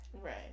right